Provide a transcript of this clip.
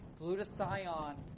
Glutathione